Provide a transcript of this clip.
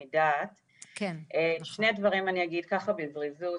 אני אגיד שני דברים, ככה בזריזות.